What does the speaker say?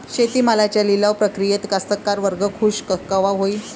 शेती मालाच्या लिलाव प्रक्रियेत कास्तकार वर्ग खूष कवा होईन?